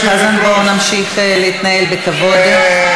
מה קורה אתך?